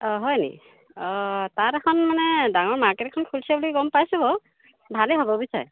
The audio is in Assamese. অঁ হয়নি অঁ তাত এখন মানে ডাঙৰ মাৰ্কেট এখন খুলিছে বুলি গম পাইছো বাৰু ভালেই হ'ব বুজিছে